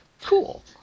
Cool